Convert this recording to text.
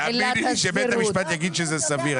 תאמיני לי שבית המשפט יגיד שזה סביר.